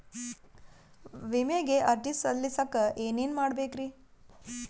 ವಿಮೆಗೆ ಅರ್ಜಿ ಸಲ್ಲಿಸಕ ಏನೇನ್ ಮಾಡ್ಬೇಕ್ರಿ?